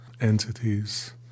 entities